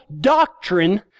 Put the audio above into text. doctrine